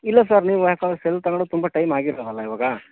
ಇಲ್ಲ ಸರ್ ನೀವು ಯಾಕಂದ್ರೆ ಸೆಲ್ ತಗೊಂಡು ತುಂಬ ಟೈಮ್ ಆಗಿದವಲ್ಲ ಇವಾಗ